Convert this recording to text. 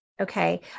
Okay